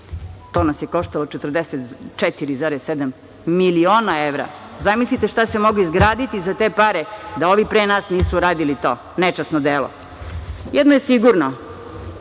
To nas je koštalo 44,7 miliona evra. Zamislite šta se moglo izgrditi za te pare da ovi pre nas nisu radili to nečasno delo? Jedno je sigurno,